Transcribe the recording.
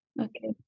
Okay